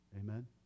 Amen